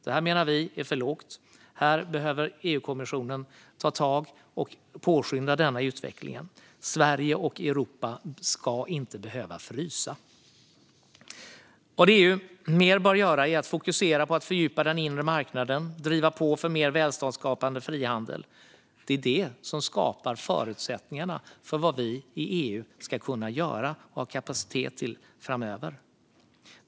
Det menar vi är för lågt. Här behöver EU-kommissionen påskynda utvecklingen. Sverige och Europa ska inte behöva frysa. Vad EU mer bör göra är att fokusera på att fördjupa den inre marknaden och driva på för mer välståndsskapande frihandel. Det är detta som skapar förutsättningarna för vad vi i EU ska ha för kapacitet framöver.